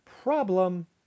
Problem